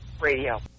radio